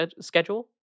schedule